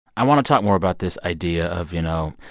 i want to talk more about this idea of, you know,